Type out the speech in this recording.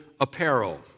apparel